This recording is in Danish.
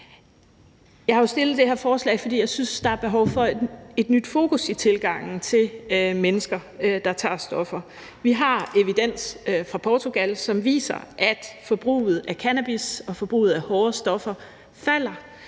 Jeg har jo fremsat det her forslag, fordi jeg synes, at der er behov for et nyt fokus i tilgangen til mennesker, der tager stoffer. Vi har evidens fra Portugal, som viser, at forbruget af cannabis og forbruget af hårde stoffer falder,